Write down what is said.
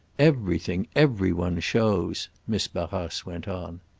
everything, every one shows, miss barrace went on.